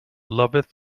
loveth